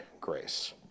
grace